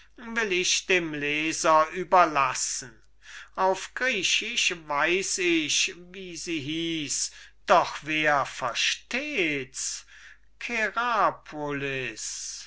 will ich dem leser überlassen auf griechisch weiß ich wie sie hieß doch wer verstehts